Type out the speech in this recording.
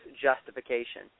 justification